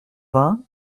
vingt